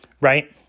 right